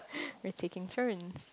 we're taking turns